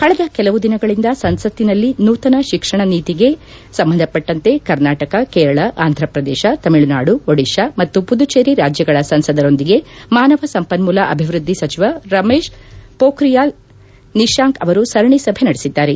ಕಳೆದ ಕೆಲವು ದಿನಗಳಿಂದ ಸಂಸತ್ತಿನಲ್ಲಿ ನೂತನ ತಿಕ್ಷಣ ನೀತಿಗೆ ಎನ್ಇಪಿ ಸಂಬಂಧಪಟ್ನಂತೆ ಕರ್ನಾಟಕ ಕೇರಳ ಆಂಧ್ರ ಪ್ರದೇಶ ತಮಿಳುನಾಡು ಒಡಿಶ್ಡಾ ಮತ್ತು ಪುದುಚೇರಿ ರಾಜ್ಯಗಳ ಸಂಸದರೊಂದಿಗೆ ಮಾನವ ಸಂಪನ್ಮೂಲ ಅಭಿವೃದ್ದಿ ಸಚಿವ ರಮೇಶ್ ಪೋಕ್ರಿಯಾಲ್ ನಿಶಾಂಕ್ ಅವರು ಸರಣಿ ಸಭೆ ನಡೆಸಿದ್ದಾರೆ